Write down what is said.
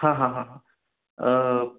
हां हां हां हां